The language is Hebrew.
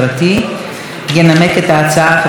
ינמק את ההצעה חבר הכנסת יאיר לפיד.